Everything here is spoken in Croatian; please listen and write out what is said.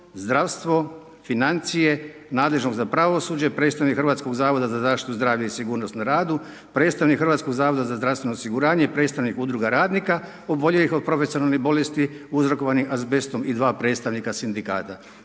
zdravstvo, financije, nadležnog za pravosuđe, predstavnik Hrvatskog zavoda za zaštitu zdravlja i sigurnost na radu, predstavnik Hrvatskog zavoda za zdravstvenog osiguranje, predstavnik Udruga radnika oboljelih od profesionalnih bolesti, uzrokovanih azbestom i dva predstavnika Sindikata.